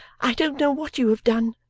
i don't know what you have done,